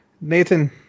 Nathan